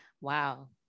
wow